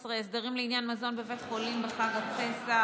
13) (הסדרים לעניין מזון בבית חולים בחג הפסח),